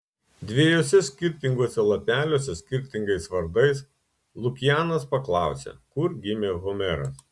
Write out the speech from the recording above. dviejuose skirtinguose lapeliuose skirtingais vardais lukianas paklausė kur gimė homeras